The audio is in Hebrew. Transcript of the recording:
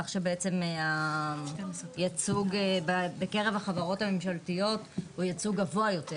כך שבעצם הייצוג בקרב החברות הממשלתיות הוא ייצוג גבוה יותר,